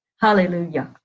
Hallelujah